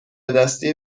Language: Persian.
دستی